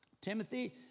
Timothy